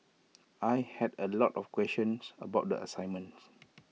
I had A lot of questions about the assignments